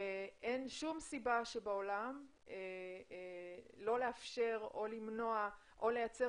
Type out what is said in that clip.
אין שום סיבה שבעולם לא לאפשר או למנוע או לייצר